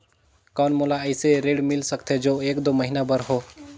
कौन मोला अइसे ऋण मिल सकथे जो एक दो महीना बर हो?